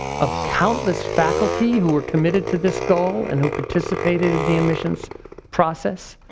of countless faculty who are committed to this goal and who participated in the admissions process.